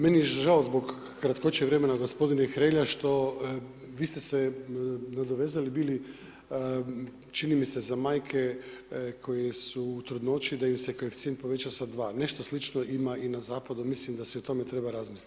Meni je žao zbog kratkoće vremena gospodine Hrelja što vi ste se nadovezali bili čini mi se za majke koje su u trudnoći da im se koeficijent poveća sa 2, nešto slično ima i na zapadu, mislim da se i o tome treba razmislit.